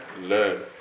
learn